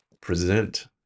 present